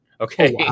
okay